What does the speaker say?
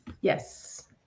Yes